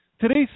today's